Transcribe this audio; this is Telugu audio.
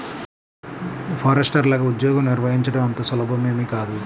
ఫారెస్టర్లగా ఉద్యోగం నిర్వహించడం అంత సులభమేమీ కాదు